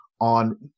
on